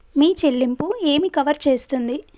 మీ చెల్లింపు ఏమి కవర్ చేస్తుంది?